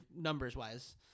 numbers-wise